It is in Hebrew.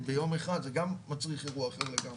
ויום אחד זה גם מצריך אירוע אחר לגמרי.